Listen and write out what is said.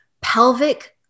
pelvic